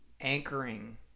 anchoring